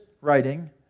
writing